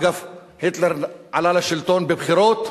אגב, היטלר עלה לשלטון בבחירות.